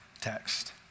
text